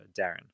Darren